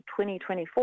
2024